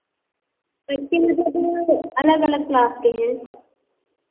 बच्चे अलग अलग क्लास के हैं